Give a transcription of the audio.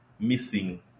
missing